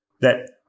That-